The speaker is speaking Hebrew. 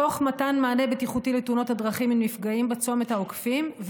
תוך מתן מענה בטיחותי לתאונות הדרכים עם נפגעים בצומת העוקפים.